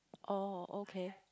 oh okay